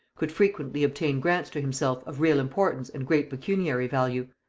could frequently obtain grants to himself of real importance and great pecuniary value.